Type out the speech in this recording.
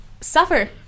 Suffer